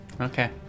okay